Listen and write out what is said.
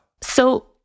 So-